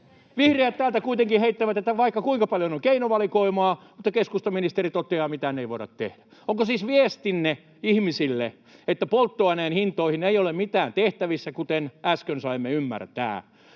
Vihreät täältä kuitenkin heittävät, että vaikka kuinka paljon on keinovalikoimaa, mutta keskustan ministeri toteaa, että mitään ei voida tehdä. Onko siis viestinne ihmisille, että polttoaineen hintoihin ei ole mitään tehtävissä, kuten äsken saimme ymmärtää?